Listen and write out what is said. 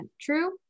true